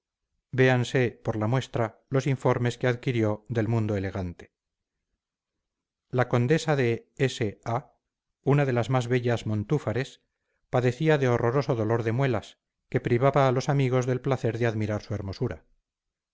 véanse por la muestra los informes que adquirió del mundo elegante la condesa de s a una de las más bellas montúfares padecía de horroroso dolor de muelas que privaba a los amigos del placer de admirar su hermosura